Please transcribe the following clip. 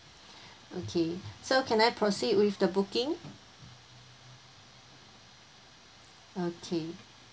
okay so can I proceed with the booking okay